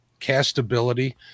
castability